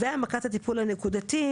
והעמקת הטיפול הנקודתי,